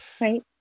Right